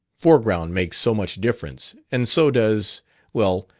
foreground makes so much difference and so does well,